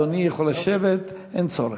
אדוני יכול לשבת, אין צורך.